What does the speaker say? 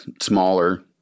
smaller